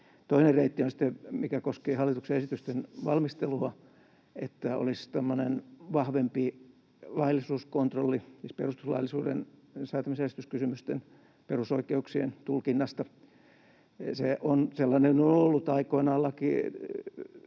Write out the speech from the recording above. sitten, mikä koskee hallituksen esitysten valmistelua, että olisi tämmöinen vahvempi laillisuuskontrolli, siis perustuslaillisuuden, säätämisjärjestyskysymysten ja perusoikeuksien tulkinnasta; sellainen on ollut aikoinaan